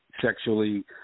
sexually